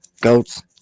goats